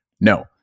No